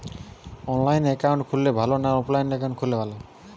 অনলাইনে একাউন্ট খুললে ভালো না অফলাইনে খুললে ভালো?